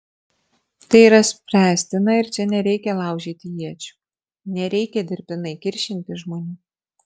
tai yra spręstina ir čia nereikia laužyti iečių nereikia dirbtinai kiršinti žmonių